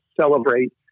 celebrate